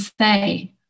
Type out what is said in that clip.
say